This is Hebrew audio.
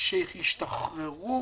שהשתחררו